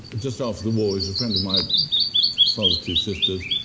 just after the war, he was a friend of my father's two sisters.